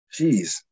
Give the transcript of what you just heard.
Jeez